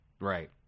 Right